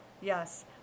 Yes